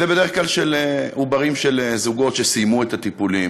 אלה בדרך כלל עוברים של זוגות שסיימו את הטיפולים.